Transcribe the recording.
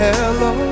Hello